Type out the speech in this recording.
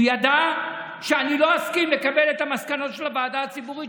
הוא ידע שאני לא אסכים לקבל את המסקנות של הוועדה הציבורית